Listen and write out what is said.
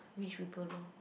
rich people loh